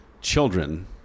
children